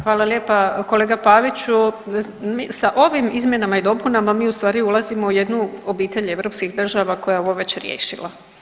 Hvala lijepa kolega Paviću, mi sa ovim izmjenama i dopunama mi ustvari ulazimo u jednu obitelj europskih država koja je ovo već riješila.